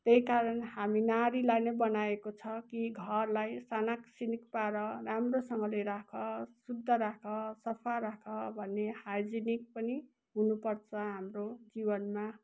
त्यही कारण हामी नारीलाई नै बनाएको छ कि घरलाई सनाकसिनिक पार राम्रोसँगले राख शुद्ध राख सफा राख भन्ने हाइजेनिक पनि हुनुपर्छ हाम्रो जीवनमा